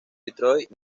detroit